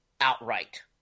outright